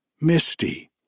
Misty